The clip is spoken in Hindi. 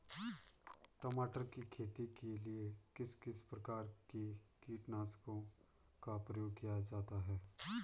टमाटर की खेती के लिए किस किस प्रकार के कीटनाशकों का प्रयोग किया जाता है?